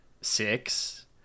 six